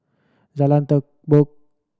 Jalan Terubok